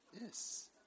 Yes